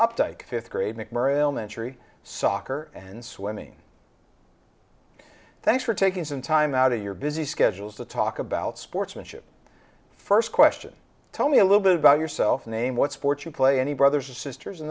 elementary soccer and swimming thanks for taking some time out of your busy schedule to talk about sportsmanship first question tell me a little bit about yourself name what sports you play any brothers and sisters in